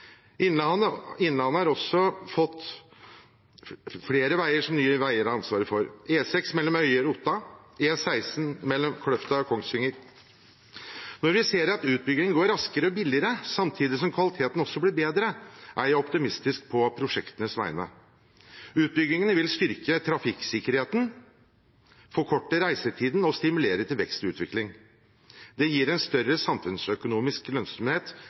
Innlandet har også fått flere veier som Nye veier har ansvaret for: E6 mellom Øyer og Otta og E16 mellom Kløfta og Kongsvinger. Når vi ser at utbyggingen går raskere og billigere samtidig som kvaliteten blir bedre, er jeg optimistisk på prosjektenes vegne. Utbyggingene vil styrke trafikksikkerheten, forkorte reisetiden og stimulere til vekst og utvikling. Det gir en større samfunnsøkonomisk lønnsomhet,